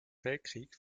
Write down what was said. weltkrieg